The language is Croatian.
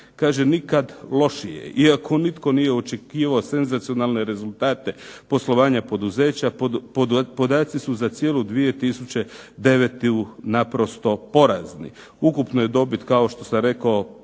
Nikada lošije. Iako nitko nije očekivao senzacionalne rezultate, poslovanja poduzeća podaci su za cijelu 2009. naprosto porazni." Ukupna je dobit poduzeća